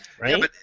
right